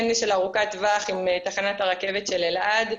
כן של ארוכת טווח עם תחנת הרכבת של אלעד,